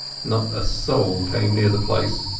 not a soul came near the place.